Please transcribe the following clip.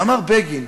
ואמר בגין,